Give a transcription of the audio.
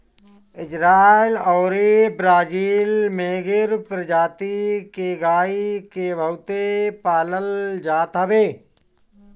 Israel अउरी Brazil में गिर प्रजति के गाई के बहुते पालल जात हवे